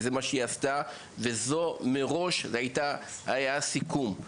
וזה מראש היה הסיכום.